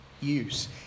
use